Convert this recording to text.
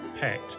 packed